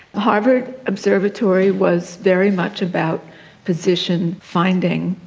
harvard observatory was very much about position finding,